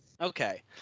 Okay